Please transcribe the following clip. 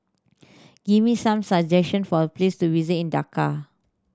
give me some suggestion for a place to visit in Dhaka